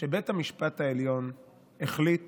שבית המשפט העליון החליט